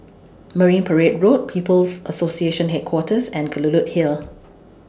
Marine Parade Road People's Association Headquarters and Kelulut Hill